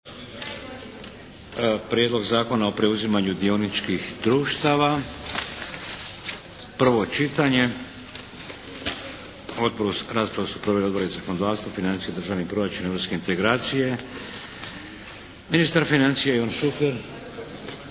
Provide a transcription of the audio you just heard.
Prijedlog zakona o preuzimanju dioničkih društava, prvo čitanje, P.Z.E. br. 728 Raspravu proveli odbori za zakonodavstvo, financije i državni proračun, i europske integracije. Ministar financija Ivan Šuker?